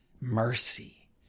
mercy